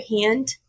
hand